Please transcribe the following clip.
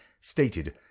stated